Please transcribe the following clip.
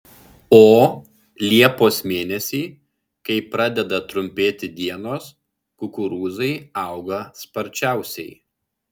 o liepos mėnesį kai pradeda trumpėti dienos kukurūzai auga sparčiausiai